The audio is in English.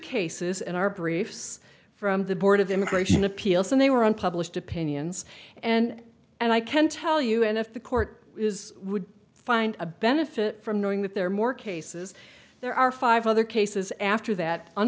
cases in our briefs from the board of immigration appeals and they were unpublished opinions and i can tell you and if the court is would find a benefit from knowing that there are more cases there are five other cases after that